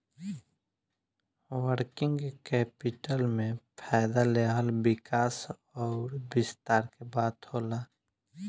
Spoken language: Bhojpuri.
वर्किंग कैपिटल में फ़ायदा लेहल विकास अउर विस्तार के बात होला